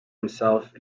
himself